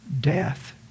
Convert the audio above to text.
death